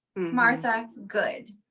martha good.